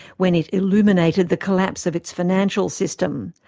when it illuminated the collapse of its financial system.